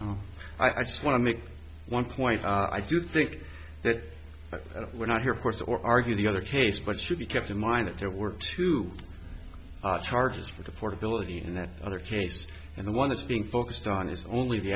days i just want to make one point i do think that we're not here fourth or argue the other case but should be kept in mind that there were two charges for the portability and that other case and the one that's being focused on is only the